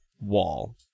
wall